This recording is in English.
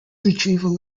retrieval